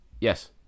Yes